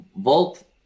Volt